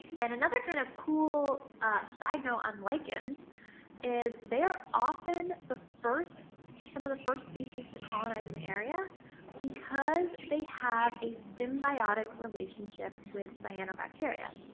and, another kind of cool side note on lichens is they are often the first some of the first species to colonize an area because they have a symbiotic relationship with cyanobacteria.